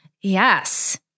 Yes